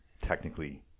technically